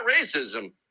racism